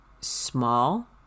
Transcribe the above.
small